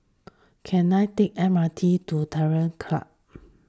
can I take M R T to Terror Club